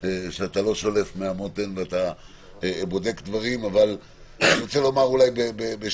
שאתה לא שולף מהמותן ואתה בודק דברים; אבל אני רוצה לומר דבר אחד בגדול,